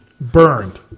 burned